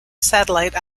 satellite